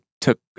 took